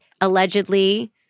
allegedly